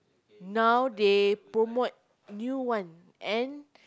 now they promote new one and